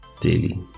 daily